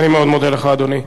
אני מאוד מודה לך, אדוני.